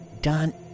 done